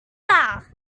alaska